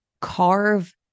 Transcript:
carve